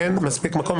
אין מספיק מקום.